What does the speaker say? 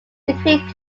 between